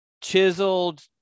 chiseled